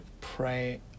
pray